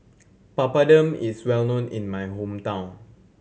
Papadum is well known in my hometown